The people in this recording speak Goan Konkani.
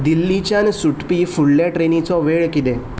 दिल्लीच्यान सुटपी फुडल्या ट्रेनीचो वेळ कितें